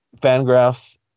Fangraphs